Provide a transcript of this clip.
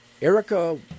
Erica